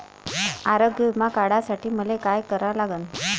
आरोग्य बिमा काढासाठी मले काय करा लागन?